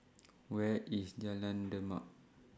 Where IS Jalan Demak